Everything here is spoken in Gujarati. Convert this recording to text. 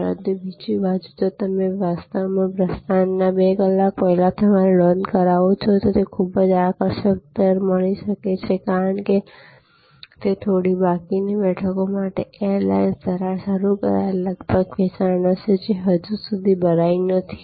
પરંતુ બીજી બાજુ જો તમે વાસ્તવમાં પ્રસ્થાનના 2 કલાક પહેલાં તમારી નોંધ કરાવો છો તો તમને ખૂબ જ આકર્ષક દર મળી શકે છે કારણ કે તે થોડી બાકીની બેઠકો માટે એર લાઇન્સ દ્વારા શરૂ કરાયેલ લગભગ વેચાણ હશે જે હજુ સુધી ભરાઈ નથી